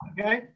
Okay